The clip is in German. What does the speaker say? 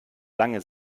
lange